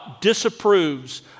disapproves